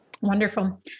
Wonderful